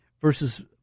versus